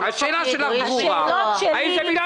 השאלה שלך ברורה, האם זה בגלל